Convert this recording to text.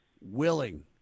willing